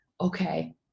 okay